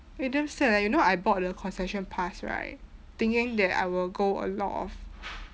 eh damn sad leh you know I bought the concession pass right thinking that I will go a lot of